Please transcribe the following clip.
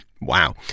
wow